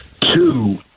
two